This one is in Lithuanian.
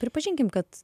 pripažinkim kad